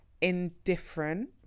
indifferent